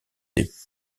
des